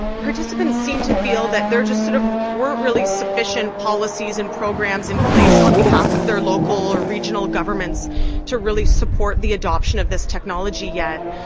participants seemed to feel that there just sort of weren't really sufficient policies and programs in place on behalf of their local or regional governments to really support the adoption of this technology yet.